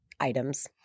items